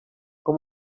com